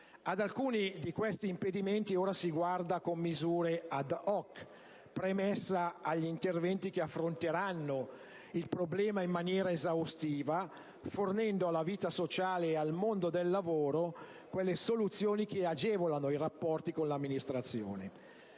Ad alcuni di questi impedimenti ora si guarda con misure *ad hoc*, premessa agli interventi che affronteranno il problema in maniera esaustiva, fornendo alla vita sociale e al mondo del lavoro quelle soluzioni che agevolano i rapporti con l'amministrazione.